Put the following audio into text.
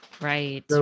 Right